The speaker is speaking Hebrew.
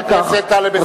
חבר הכנסת אלסאנע,